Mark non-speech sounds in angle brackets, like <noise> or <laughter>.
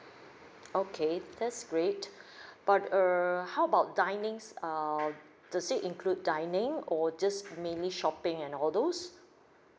okay that's great <breath> but err how about dining um does it include dining or just mainly shopping and all those